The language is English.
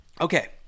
Okay